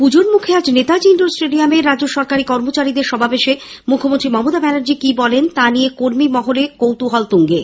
পুজোর মুখে আজ নেতাজী ইন্ডোর স্টেডিয়ামে রাজ্য সরকারী কর্মচারীদের সমাবেশে মুখ্যমন্ত্রী মমতা ব্যানর্জী কি বলেন তা নিয়ে কর্মী মহলে কৌতুহল তুঙ্গে